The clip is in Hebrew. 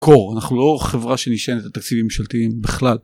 אנחנו לא חברה שנשענת על תקציבים ממשלתיים בכלל.